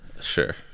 Sure